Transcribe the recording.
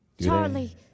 Charlie